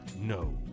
No